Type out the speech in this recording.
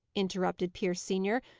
interrupted pierce senior,